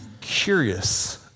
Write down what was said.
curious